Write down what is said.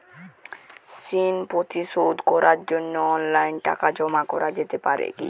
ঋন পরিশোধ করার জন্য অনলাইন টাকা জমা করা যেতে পারে কি?